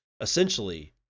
essentially